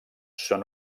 són